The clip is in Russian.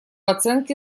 оценке